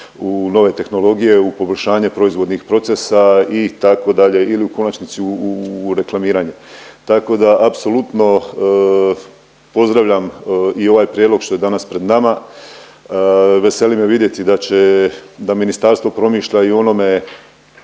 u nove tehnologije, u poboljšanje proizvodnih procesa i tako dalje ili u konačnici u reklamiranje. Tako da apsolutno pozdravljam i ovaj prijedlog što je danas pred nama. Veseli me vidjeti da će, da ministarstvo promišlja i o onome,